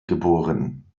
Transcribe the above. geboren